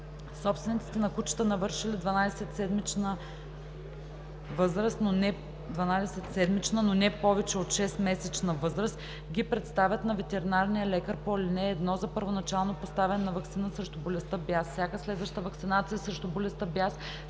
Собствениците на кучета, навършили 12-седмична, но не повече от 6-месечна възраст, ги представят на ветеринарния лекар по ал. 1 за първоначално поставяне на ваксина срещу болестта бяс.